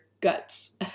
guts